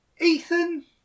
Ethan